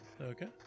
Okay